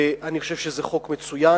ואני חושב שזה חוק מצוין,